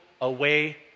away